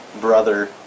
brother